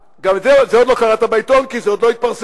את זה עוד לא קראת בעיתון, כי זה עוד לא התפרסם.